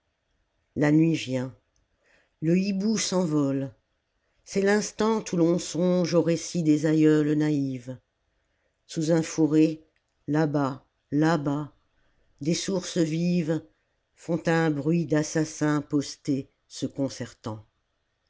la nuit vient le hibou s'envole c'est l'instant où l'on songe aux récits des aïeules naïves sous un fourré là-bas là-bas des sources vives font un bruit d'assassins postés se concertant